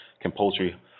compulsory